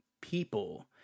people